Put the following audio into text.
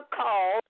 call